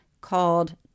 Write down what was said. called